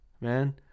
Man